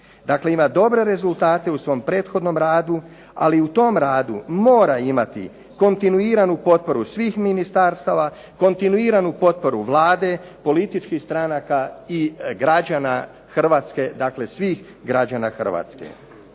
Dakle, ima dobre rezultate u svom prethodnom radu. Ali i u tom radu mora imati kontinuiranu potporu svih ministarstava, kontinuiranu potporu Vlade, političkih stranaka i građana Hrvatske. Dakle, svih građana Hrvatske.